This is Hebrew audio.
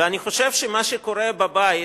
ואני חושב שמה שקורה בבית